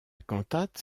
cantate